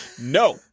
No